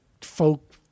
folk